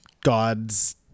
gods